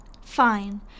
Fine